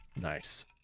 Nice